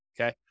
Okay